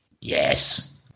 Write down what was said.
Yes